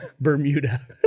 Bermuda